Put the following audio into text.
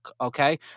okay